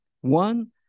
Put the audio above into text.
One